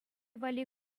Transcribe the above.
валли